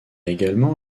également